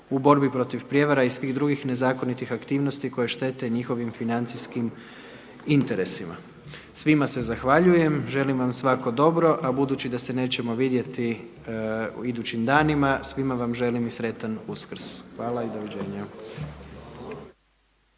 u borbi protiv prijevara i svih drugih nezakonitih aktivnosti koje štete njihovim financijskim interesima. Svima se zahvaljujem. Želim vam svako dobro, a budući da se nećemo vidjeti u idućim danima svima vam želim i sretan Uskrs. Hvala i doviđenja!